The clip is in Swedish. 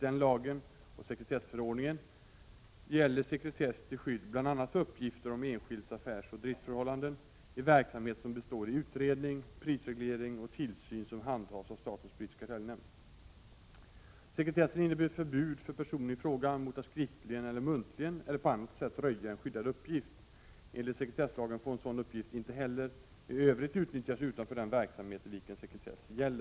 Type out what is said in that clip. Enligt 8 kap. 6 § i den lagen och 2 § Sekretessen innebär förbud för personen i fråga mot att skriftligen eller muntligen eller på annat sätt röja en skyddad uppgift. Enligt 1 kap. 4§ sekretesslagen får en sådan uppgift ”inte heller i övrigt utnyttjas utanför den verksamhet i vilken sekretess gäller”.